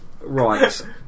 Right